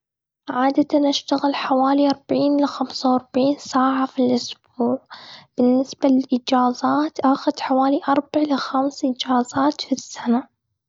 عادةً أشتغل حوالي أربعين إلى خمس وأربعين ساعة في الإسبوع. بالنسبة للإجازات آخذ حوالي أربع ل خمس إجازات في السنة.